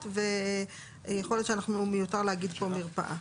ויכול להיות שמיותר להגיד פה מרפאה.